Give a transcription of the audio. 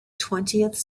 twentieth